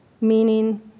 meaning